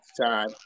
time